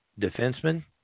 defenseman